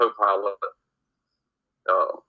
co-pilot